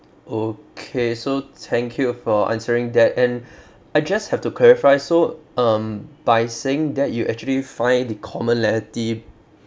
okay so thank you for answering that and I just have to clarify so um by saying that you actually find the commonality